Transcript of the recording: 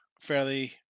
Fairly